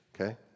Okay